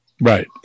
right